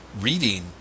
reading